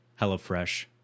HelloFresh